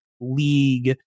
league